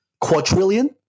quadrillion